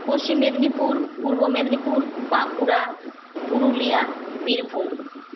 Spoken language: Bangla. পশ্চিম মেদিনীপুর পূর্ব মেদিনীপুর বাঁকুড়া পুরুলিয়া বীরভূম